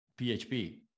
PHP